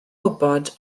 wybod